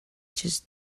just